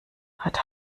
hat